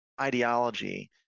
ideology